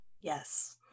yes